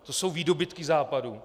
To jsou výdobytky Západu?